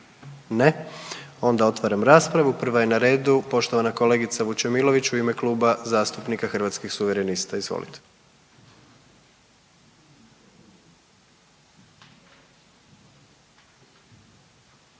Ne. Onda otvaram raspravu, prva je na redu poštovana kolegica Vučemilović u ime Kluba zastupnika Hrvatskih suverenista, izvolite.